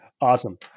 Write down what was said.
Awesome